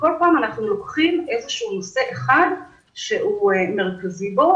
וכל פעם אנחנו לוקחים נושא אחד שהוא מרכזי בו